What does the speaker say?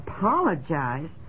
Apologize